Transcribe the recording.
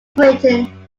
britain